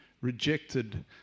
rejected